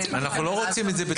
אנחנו לא רוצים את זה בתור חריג.